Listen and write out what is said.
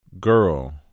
girl